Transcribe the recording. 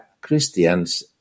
Christians